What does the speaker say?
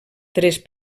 tres